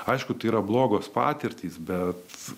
aišku tai yra blogos patirtys bet